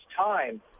time